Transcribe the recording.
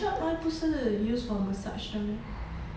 essential oil 不是 use for massage 的 meh